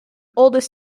oldest